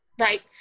Right